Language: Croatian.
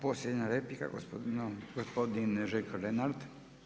Posljednja replika gospodin Željko Lenart.